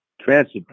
transit